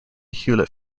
hewlett